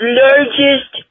largest